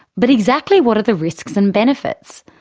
but exactly what are the risks and benefits?